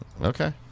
Okay